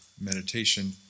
meditation